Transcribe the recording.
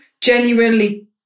genuinely